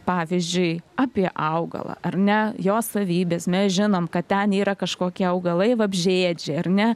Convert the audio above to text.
pavyzdžiui apie augalą ar ne jo savybes mes žinom kad ten yra kažkokie augalai vabzdžiaėdžiai ar ne